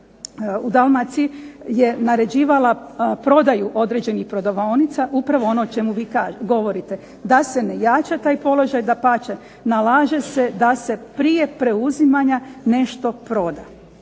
u Dalmaciji je naređivala prodaju određenih prodavaonica upravo ono o čemu vi govorite, da se ne jača taj položaj, dapače nalaže se da se prije preuzimanja nešto proda.